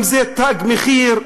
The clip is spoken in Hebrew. אם זה "תג מחיר",